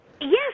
Yes